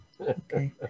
Okay